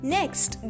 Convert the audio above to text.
Next